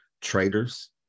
traitors